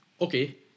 Okay